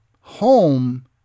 Home